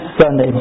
Sunday